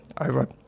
over